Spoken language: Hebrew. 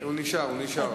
הוא נשאר, הוא נשאר.